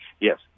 yes